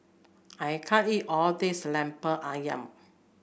I can't eat all this Lemper ayam